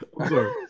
sorry